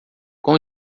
com